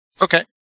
Okay